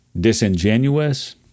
disingenuous